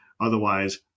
otherwise